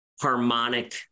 harmonic